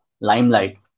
limelight